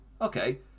okay